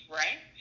right